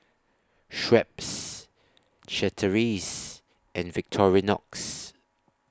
Schweppes Chateraise and Victorinox